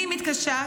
אני מתקשה,